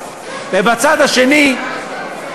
ובצד השני,